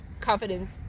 confidence